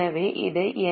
எனவே இதை என்